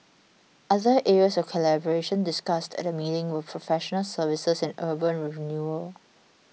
other areas of collaboration discussed at the meeting were professional services and urban renewal